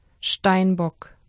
Steinbock